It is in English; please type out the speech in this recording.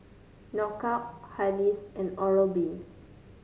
Knockout Hardy's and Oral B